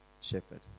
shepherd